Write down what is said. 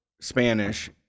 Spanish